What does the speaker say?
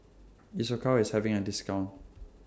Isocal IS having A discount